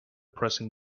pressing